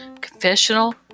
Confessional